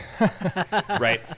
right